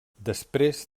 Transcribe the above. després